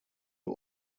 wir